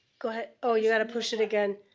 go ahead, oh, you gotta push it again.